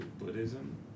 Buddhism